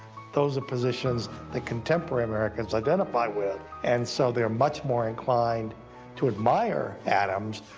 those are positions that contemporary americans identify with, and so they're much more inclined to admire adams,